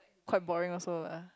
quite boring also lah